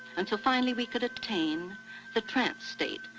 until finally we could obtain the trance state,